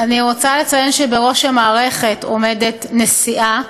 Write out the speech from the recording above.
אני רוצה לציין שבראש המערכת עומדת נשיאה.